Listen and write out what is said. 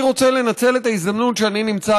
אני רוצה לנצל את ההזדמנות שאני נמצא